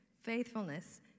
faithfulness